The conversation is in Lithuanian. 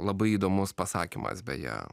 labai įdomus pasakymas beje